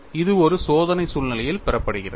இது ஒரு சோதனை சூழ்நிலையில் பெறப்படுகிறது